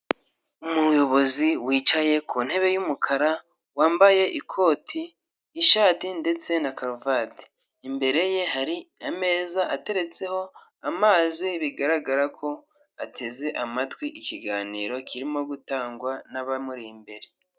Umuyobozi wicaye ku ntebe y'umukara, wambaye ikoti, ishati ndetse na karuvati, imbere ye hari ameza ateretseho amazi, bigaragara ko ateze amatwi ikiganiro kirimo gutangwa n'abamuri imbere.